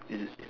is it